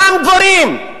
אותם דברים.